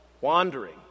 wandering